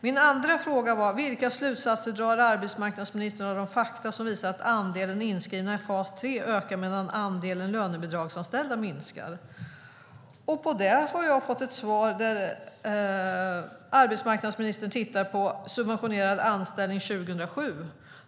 Min andra fråga var: Vilka slutsatser drar arbetsmarknadsministern av de fakta som visar att andelen inskrivna i fas 3 ökar medan andelen lönebidragsanställda minskar? På det har jag fått ett svar där arbetsmarknadsministern tittar på subventionerad anställning 2007.